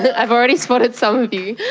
but i've already spotted some of you.